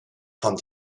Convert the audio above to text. fand